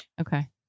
Okay